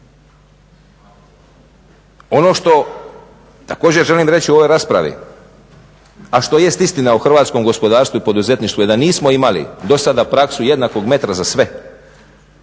Ono što također želim reći u ovoj raspravi, a što jest istina o hrvatskom gospodarstvu i poduzetništvu je da nismo imali do sada praksu jednakog metra za sve.